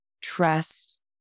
trust